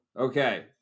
okay